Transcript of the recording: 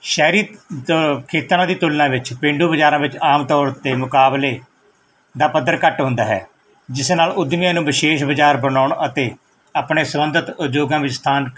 ਸ਼ਹਿਰੀ ਖੇਤਰਾਂ ਦੀ ਤੁਲਨਾ ਵਿੱਚ ਪੇਂਡੂ ਬਜ਼ਾਰਾਂ ਵਿੱਚ ਆਮ ਤੌਰ 'ਤੇ ਮੁਕਾਬਲੇ ਦਾ ਪੱਧਰ ਘੱਟ ਹੁੰਦਾ ਹੈ ਜਿਸ ਨਾਲ ਉਦਮੀਆਂ ਨੂੰ ਵਿਸ਼ੇਸ਼ ਬਜ਼ਾਰ ਬਣਾਉਣ ਅਤੇ ਆਪਣੇ ਸੰਬੰਧਿਤ ਉਦਯੋਗਾਂ ਵਿੱਚ ਸਥਾਨ